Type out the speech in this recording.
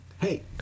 hey